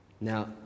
Now